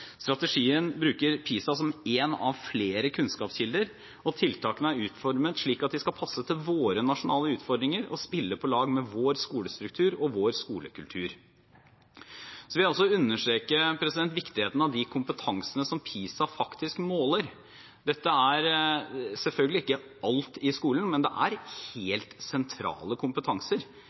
Strategien bruker PISA som én av flere kunnskapskilder, og tiltakene er utformet slik at de skal passe til våre nasjonale utfordringer og spille på lag med vår skolestruktur og vår skolekultur. Jeg vil også understreke viktigheten av de kompetansene som PISA faktisk måler. Dette er selvfølgelig ikke alt i skolen, men det er helt sentrale kompetanser.